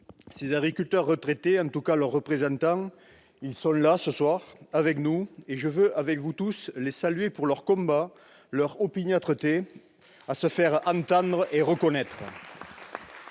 Ces agriculteurs retraités, en tout cas leurs représentants, sont là ce soir, avec nous, et je veux avec vous tous les saluer pour leur combat, leur opiniâtreté à se faire entendre et reconnaître.